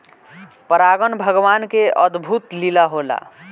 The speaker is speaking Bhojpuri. परागन भगवान के अद्भुत लीला होला